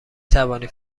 توانید